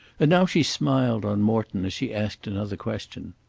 and now she smiled on morton as she asked another question.